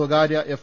സ്വകാര്യ എഫ്